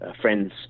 friends